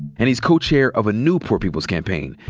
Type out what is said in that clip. and he's co-chair of a new poor people's campaign,